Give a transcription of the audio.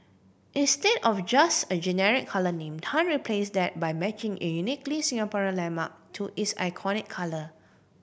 instead of just a generic colour name Tan replace that by matching a uniquely Singaporean landmark to its iconic colour